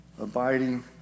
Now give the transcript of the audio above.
Abiding